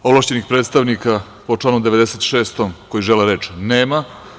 Ovlašćenih predstavnika po članu 96. koji žele reč nema.